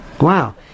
Wow